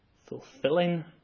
fulfilling